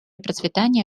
процветания